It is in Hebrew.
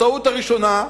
הטעות הראשונה,